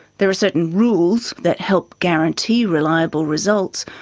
there are certain rules that help guarantee reliable results,